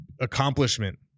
accomplishment